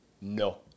no